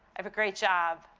i have a great job,